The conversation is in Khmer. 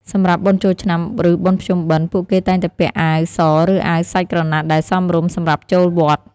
សម្រាប់បុណ្យចូលឆ្នាំឬបុណ្យភ្ជុំបិណ្ឌ ពួកគេតែងតែពាក់អាវសឬអាវសាច់ក្រណាត់ដែលសមរម្យសម្រាប់ចូលវត្ត។